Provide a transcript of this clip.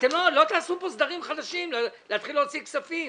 אתם לא תעשו פה סדרים חדשים, להתחיל להוציא כספים.